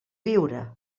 biure